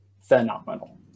phenomenal